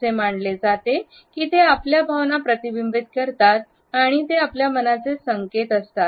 असे मानले जाते की ते आपल्या भावना प्रतिबिंबित करतात आणि ते आपल्या मनाचे संकेत असतात